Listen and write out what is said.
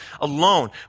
alone